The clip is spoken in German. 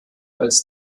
als